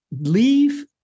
leave